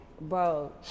Bro